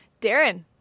Darren